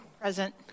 Present